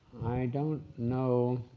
don't know